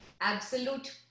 absolute